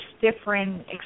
different